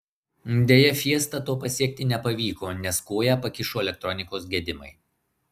deja fiesta to pasiekti nepavyko nes koją pakišo elektronikos gedimai